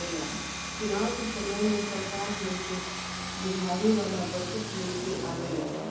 चुनाव के समय में सरकार लोग के लुभावे वाला बजट लेके आवेला